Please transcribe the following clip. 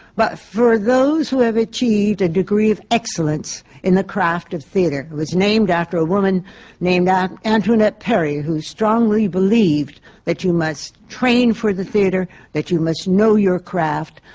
but for those who have achieved a degree of excellence in the craft of theatre. it was named after a woman named antoinette perry, who strongly believed that you must train for the theatre that you must know your craft.